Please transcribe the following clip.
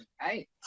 Hey